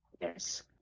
Yes